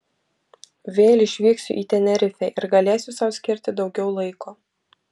vėl išvyksiu į tenerifę ir galėsiu sau skirti daugiau laiko